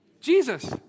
Jesus